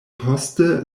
poste